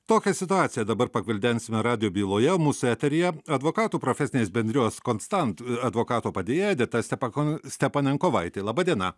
tokią situaciją dabar pagvildensime radijo byloje mūsų eteryje advokatų profesinės bendrijos constant advokato padėjėja edita stepakon stepanenkovaitė laba diena